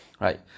right